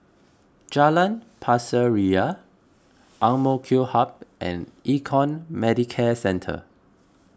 Jalan Pasir Ria A M K Hub and Econ Medicare Centre